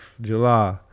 July